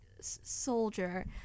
soldier